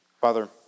Father